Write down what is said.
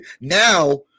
now